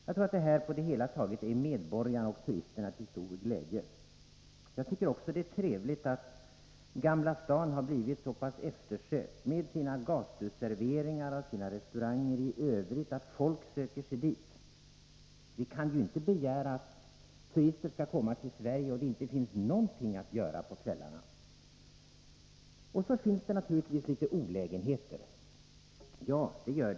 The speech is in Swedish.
Jag tror att ändringen på det hela taget är medborgarna och turisterna till stor glädje. Jag tycker också det är trevligt att Gamla stan har blivit så pass eftersökt, med sina gatuserveringar och restauranger i övrigt, att folk söker sig dit. Vi kan ju inte begära att turister skall komma till Sverige utan att det finns någonting att göra på kvällarna. Sedan finns det naturligtvis litet olägenheter.